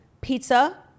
pizza